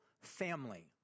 family